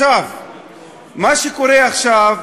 מה שקורה עכשיו,